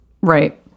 Right